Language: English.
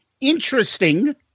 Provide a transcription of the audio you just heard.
interesting